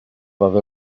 other